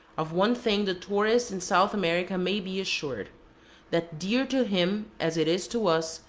of one thing the tourist in south america may be assured that dear to him, as it is to us,